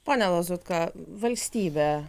pone lazutka valstybę